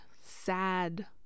sad